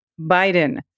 Biden